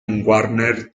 warner